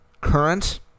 current